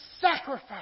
sacrifice